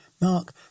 mark